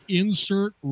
insert